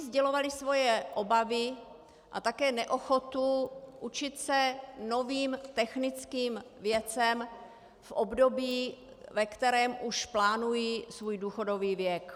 Sdělovali svoje obavy a také neochotu učit se novým technickým věcem v období, ve kterém už plánují svůj důchodový věk.